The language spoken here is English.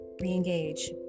re-engage